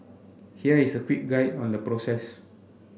here is a quick guide on the process